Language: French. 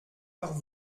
par